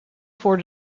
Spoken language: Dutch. voor